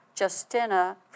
Justina